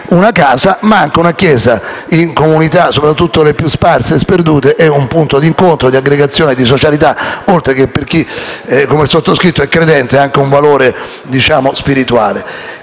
una casa ma anche una chiesa in una comunità, soprattutto le più sparse e sperdute, è un punto di incontro, di aggregazione e di socialità, oltre che per chi, come il sottoscritto, è credente, anche un valore spirituale.